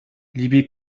liebe